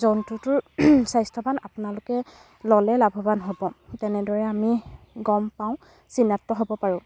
জন্তুটোৰ স্বাস্থ্যবান আপোনালোকে ল'লে লাভবান হ'ব তেনেদৰে আমি গম পাওঁ চিনাক্ত হ'ব পাৰোঁ